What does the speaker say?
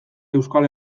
euskal